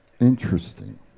Interesting